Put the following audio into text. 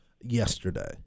yesterday